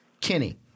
Kinney